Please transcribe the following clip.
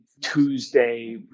Tuesday